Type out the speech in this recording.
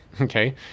okay